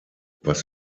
was